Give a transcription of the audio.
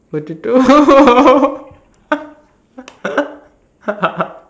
potato